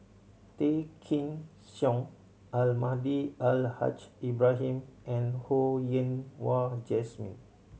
Tay Kheng Soon Almahdi Al Haj Ibrahim and Ho Yen Wah Jesmine